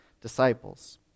disciples